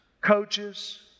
coaches